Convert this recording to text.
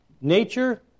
Nature